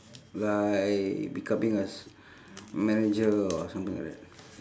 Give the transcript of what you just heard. like becoming a s~ manager or something like that